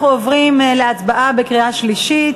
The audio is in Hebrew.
אנחנו עוברים להצבעה בקריאה שלישית.